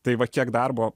tai va kiek darbo